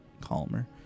calmer